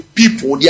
people